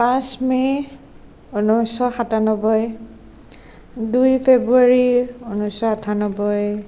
পাঁচ মে' ঊনৈছশ সাতানব্বৈ দুই ফ্ৰেব্ৰুৱাৰী ঊনৈছশ আঠানব্বৈ